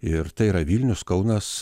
ir tai yra vilnius kaunas